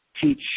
teach